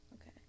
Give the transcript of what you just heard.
Okay